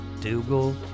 Dougal